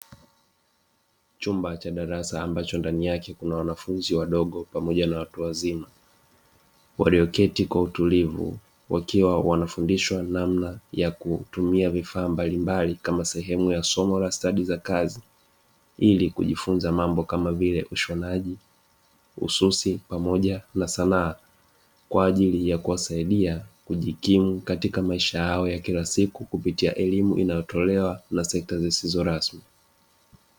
Chumba cha darasa ambacho ndani yake kuna wanafunzi wadogo pamoja na watu wazima .Walioketi kwa utulivu wakiwa wanafundishwa namna ya kutumia vifaa mbalimbali kama sehemu ya somo a stadi za kazi, ili kujifunza mambo kamavile ushonaji, ususi, pamoja na sanaa kwa ajili ya kuwasaidia kujikimu katika maisha yao ya kila siku kupitia elimu inayotolewa na sekta zisizo rasmi.